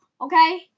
okay